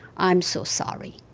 i'm so sorry